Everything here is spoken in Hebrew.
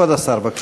כבוד השר, בבקשה.